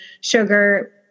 sugar